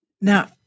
Now